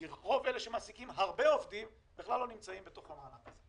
כי רוב אלה שמעסיקים הרבה עובדים בכלל לא נמצאים בתוך המענק הזה.